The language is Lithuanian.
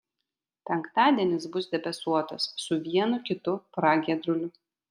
penktadienis bus debesuotas su vienu kitu pragiedruliu